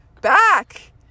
back